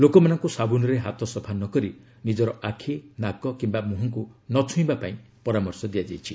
ଲୋକମାନଙ୍କୁ ସାବୁନରେ ହାତ ସଫା ନ କରି ନିଜର ଆଖି ନାକ କିମ୍ବା ମୁହଁକୁ ନ ଛୁଇଁବା ପାଇଁ ପରାମର୍ଶ ଦିଆଯାଇଛି